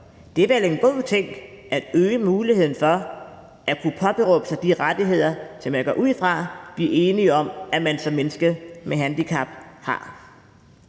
Det er vel en god ting at øge muligheden for at kunne påberåbe sig de rettigheder, som jeg går ud fra vi er enige om man som menneske med handicap har.